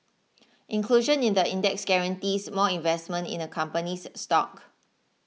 inclusion in the index guarantees more investment in a company's stock